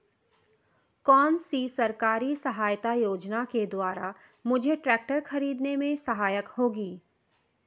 कौनसी सरकारी सहायता योजना के द्वारा मुझे ट्रैक्टर खरीदने में सहायक होगी?